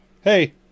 Hey